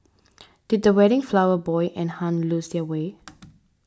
did the wedding flower boy and Hun lose their way